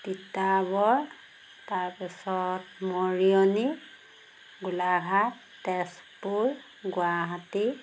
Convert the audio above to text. তিতাবৰ তাৰপিছত মৰিয়নি গোলাঘাট তেজপুৰ গুৱাহাটী